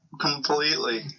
completely